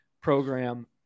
program